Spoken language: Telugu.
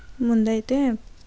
ముందైతే